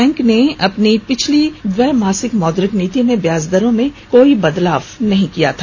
bank ने अपनी पिछली द्विमासिक मौद्रिक नीति में ब्याज दरों में कोई बदलाव नहीं किया था